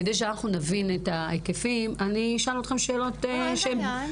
כדי שאנחנו נבין את ההיקפים אני אשאל אתכם שאלות שיפשטו